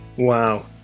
Wow